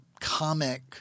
comic